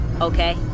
Okay